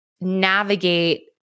navigate